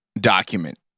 document